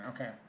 Okay